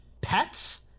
pets